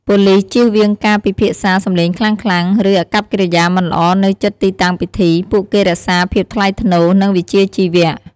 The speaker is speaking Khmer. ប៉ូលិសជៀសវាងការពិភាក្សាសំឡេងខ្លាំងៗ ឬអាកប្បកិរិយាមិនល្អនៅជិតទីតាំងពិធី ពួកគេរក្សាភាពថ្លៃថ្នូរ និងវិជ្ជាជីវៈ។